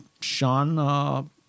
Sean